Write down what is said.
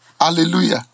Hallelujah